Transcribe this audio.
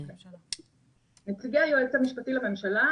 נציג היועץ המשפטי לממשלה.